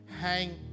hang